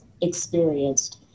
experienced